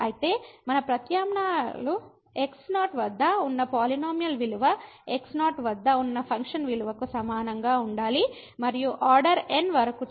అయితే మన ప్రత్యామ్నాయాలు x0 వద్ద ఉన్న పాలినోమియల్ విలువ x0 వద్ద ఉన్న ఫంక్షన్ విలువకు సమానంగా ఉండాలి మరియు ఆర్డర్ n వరకు చేసే మరింత అవకలనాలు కావాలి